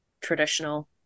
traditional